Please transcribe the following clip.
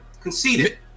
conceded